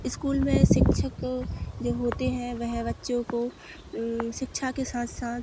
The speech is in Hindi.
इस्कूल में शिक्षक जो होते हैं वह बच्चों को शिक्षा के साथ साथ